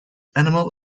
animal